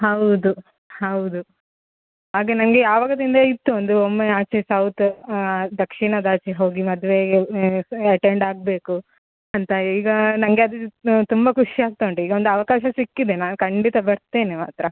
ಹೌದು ಹೌದು ಹಾಗೆ ನನಗೆ ಯಾವಾಗದಿಂದ ಇತ್ತು ಒಂದು ಒಮ್ಮೆ ಆಚೆ ಸೌತ್ ದಕ್ಷಿಣದಾಚೆ ಹೋಗಿ ಮದುವೆ ಅಟೆಂಡ್ ಆಗಬೇಕು ಅಂತ ಈಗ ನನಗೆ ಅದು ಅ ತುಂಬ ಖುಷಿಯಾಗ್ತಾ ಉಂಟು ಈಗ ಒಂದು ಅವಕಾಶ ಸಿಕ್ಕಿದೆ ನಾನು ಖಂಡಿತ ಬರ್ತೇನೆ ಮಾತ್ರ